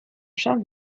charles